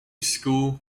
school